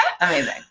Amazing